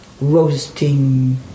roasting